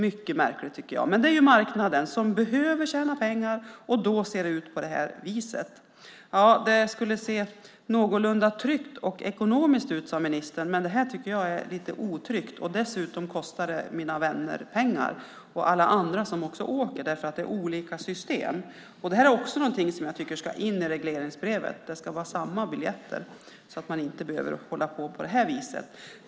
Mycket märkligt, tycker jag, men det är marknaden som behöver tjäna pengar, och då ser det ut på det här viset. Det skulle vara någorlunda tryggt ekonomiskt, säger ministern, men det här tycker jag är lite otryggt och dessutom kostar det pengar för alla som åker, för det är olika system. Det här är någonting som ska in i regleringsbrevet. Det ska vara samma biljetter så att man inte behöver hålla på på det här viset.